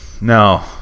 No